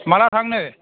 माब्ला थांनो